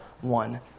one